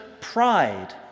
pride